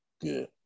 good